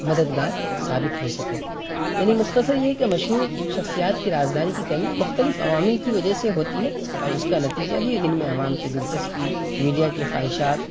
مددگار ثابت ہو سکیں یعنی مختصر یہ کہ مشہور شخصیات کی رازداری کی کمی مختلف عوامل کی وجہ سے ہوتی ہے اور اس کا نتیجہ بھی جن میں عوام کی دلچسپی میڈیا کی خواہشات